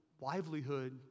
livelihood